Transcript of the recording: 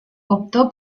optó